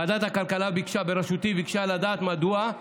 ועדת הכלכלה בראשותי ביקשה לדעת מדוע.